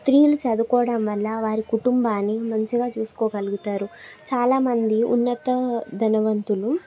స్త్రీలు చదువుకోవడం వల్ల వారి కుటుంబాన్ని మంచిగా చూసుకోగలుగుతారు చాలామంది ఉన్నత ధనవంతులు